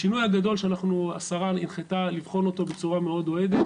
השינוי הגדול שהשרה הנחתה לבחון אותו בצורה מאוד אוהדת